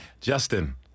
Justin